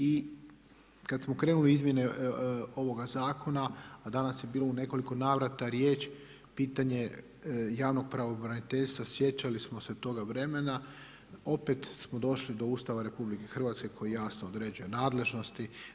I kada smo krenuli u izmjene ovoga zakona, a danas je bilo u nekoliko navrata riječ, pitanje javnog pravobraniteljstva sjećali smo se toga vremena, opet smo došli do Ustava Republike Hrvatske koji jasno određuje nadležnosti.